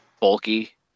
bulky